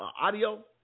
audio